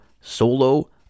Solo